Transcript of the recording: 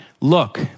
Look